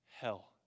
hell